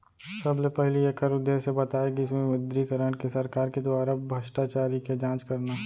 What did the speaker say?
सबले पहिली ऐखर उद्देश्य बताए गिस विमुद्रीकरन के सरकार के दुवारा भस्टाचारी के जाँच करना